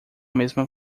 mesma